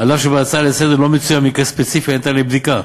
אף שבהצעה לסדר-היום לא מצוין מקרה ספציפי הניתן לבדיקה,